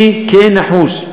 אני כן נחוש,